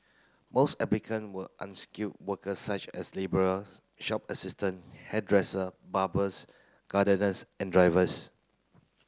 most applicant were unskilled worker such as labourer shop assistant hairdresser barbers gardeners and drivers